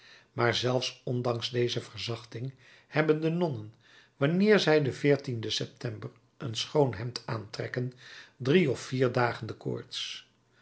maar zelfs ondanks deze verzachting hebben de nonnen wanneer zij den september een schoon hemd aantrekken drie of vier dagen de koorts